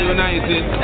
United